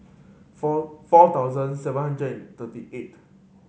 four four thousand seven hundred thirty eight